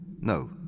No